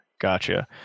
gotcha